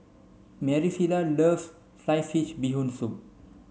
Maricela loves sliced fish bee hoon soup